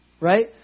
Right